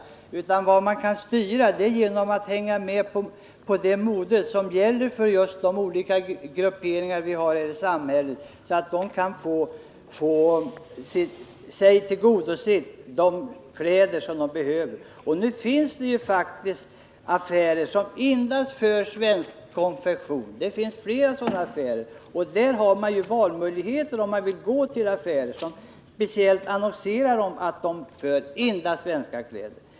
Möjligen skulle man kunna styra genom att hänga med i modeskiftningarna för olika grupperingar i samhället så att de kan få de kläder som de vill ha. Nu finns det faktiskt affärer som för endast svensk konfektion — det finns flera sådana. Man kan alltså välja att gå till affärer som speciellt annonserar om att de för endast svenska kläder.